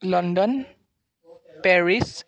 London Paris